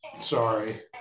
Sorry